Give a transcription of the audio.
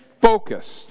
focused